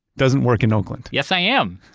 doesn't work in oakland yes, i am.